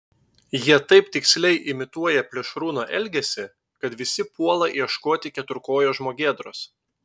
jie taip tiksliai imituoja plėšrūno elgesį kad visi puola ieškoti keturkojo žmogėdros